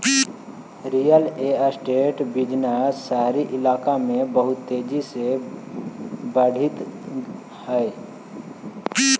real estate business शहरी कइलाका में बहुत तेजी से बढ़ित हई